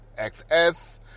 XS